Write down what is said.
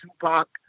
Tupac